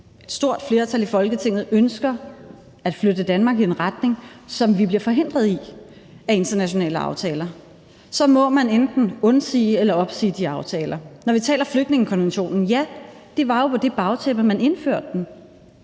et stort flertal i Folketinget ønsker at flytte Danmark i en retning, men bliver forhindret i det af internationale aftaler, må man enten undsige eller opsige de aftaler. Når vi taler om flygtningekonventionen, var det jo på det bagtæppe, at man indførte den.